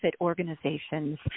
organizations